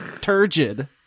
turgid